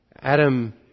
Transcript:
Adam